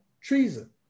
treason